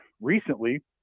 recently